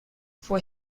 fue